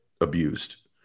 abused